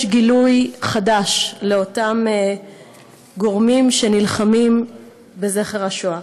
יש גילוי חדש של אותם גורמים שנלחמים בזכר השואה,